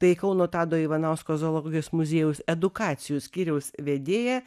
tai kauno tado ivanausko zoologijos muziejaus edukacijų skyriaus vedėja